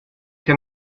che